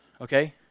okay